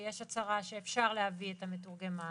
ויש הצהרה שאפשר להביא את המתורגמן,